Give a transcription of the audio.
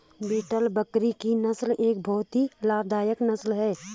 beetle बकरी की नस्ल एक बहुत ही लाभदायक नस्ल है